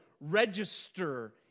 register